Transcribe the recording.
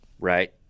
Right